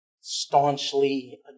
staunchly